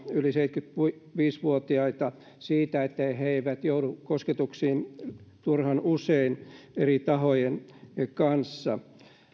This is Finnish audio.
yli seitsemänkymmentäviisi vuotiaita niin että he eivät joudu kosketuksiin turhan usein eri tahojen kanssa